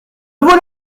voleur